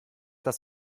das